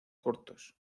cortos